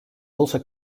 also